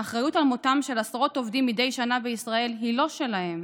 האחריות למותם של עשרות עובדים מדי שנה בישראל היא לא שלהם.